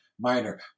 minor